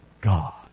God